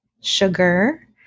sugar